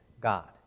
God